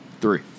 Three